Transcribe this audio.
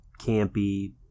campy